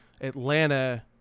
Atlanta